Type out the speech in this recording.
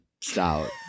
Stout